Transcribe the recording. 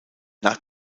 nach